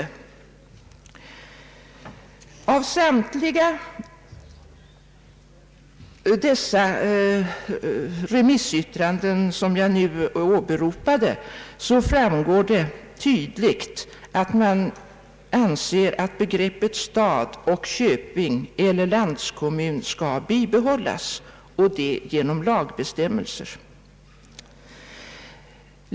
Av samtliga dessa remissutlåtanden, som jag nu har åberopat, framgår tydligt att man anser att begreppen stad och köping eller landskommun skall bibehållas, och det genom lagbestämmelser.